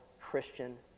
Christian